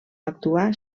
actuar